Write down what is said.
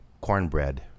cornbread